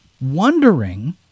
wondering